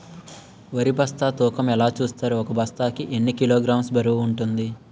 వరి బస్తా తూకం ఎలా చూస్తారు? ఒక బస్తా కి ఎన్ని కిలోగ్రామ్స్ బరువు వుంటుంది?